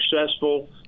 successful